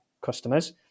customers